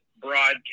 broadcast